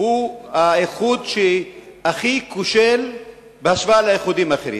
הוא האיחוד הכי כושל בהשוואה לאיחודים אחרים.